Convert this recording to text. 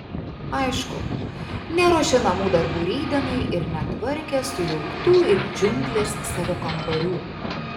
aišku neruošė namų darbų rytdienai ir netvarkė sujauktų it džiunglės savo kambarių